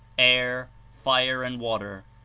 air, fire and water.